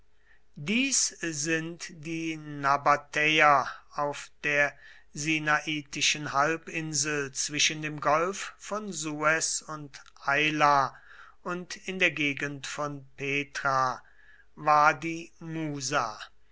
dies sind die nabatäer auf der sinaitischen halbinsel zwischen dem golf von suez und aila und in der gegend von petra